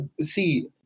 see